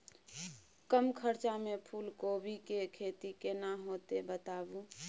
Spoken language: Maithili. कम खर्चा में फूलकोबी के खेती केना होते बताबू?